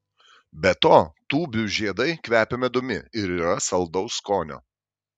be to tūbių žiedai kvepia medumi ir yra saldaus skonio